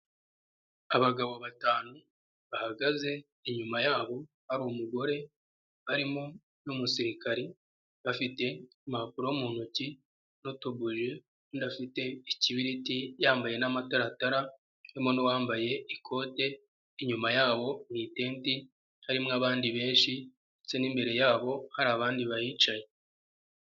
Abagabo batanu bahagaze, inyuma yabo hari umugore barimo n'umusirikare bafite impapuro mu ntoki n'utubuje, undi afite ikibiriti yambaye n'amataratara harimo n'uwambaye ikote, inyuma yabo mu itende harimo abandi benshi ndetse n'imbere yabo hari abandi bahicaye.